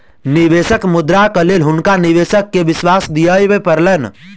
निवेशक मुद्राक लेल हुनका निवेशक के विश्वास दिआबय पड़लैन